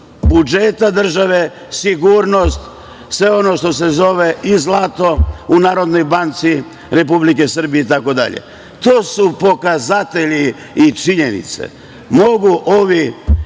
budžeta države, sigurnost, sve ono što se zove i zlato u Narodnoj banci Republike Srbije, itd. To su pokazatelji i činjenice. Mogu ovi